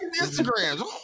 Instagrams